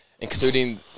including